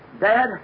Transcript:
Dad